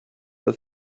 the